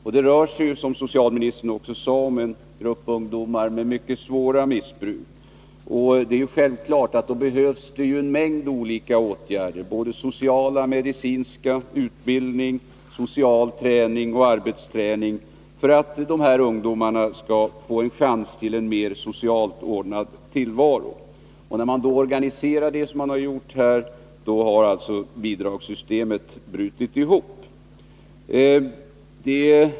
Det rör sig, som socialministern också sade, om en grupp ungdomar med mycket svåra missbruk, och det är självklart att det behövs en mängd olika åtgärder — sociala och medicinska, utbildningsinsatser, social träning och arbetsträning — för att de här ungdomarna skall få en chans till en socialt ordnad tillvaro. När då insatserna organiseras såsom har skett, har alltså bidragssystemet brutit ihop.